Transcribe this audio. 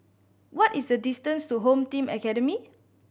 what is the distance to Home Team Academy